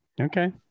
Okay